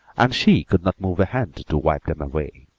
and she could not move a hand to wipe them away.